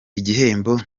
igihembo